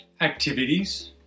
activities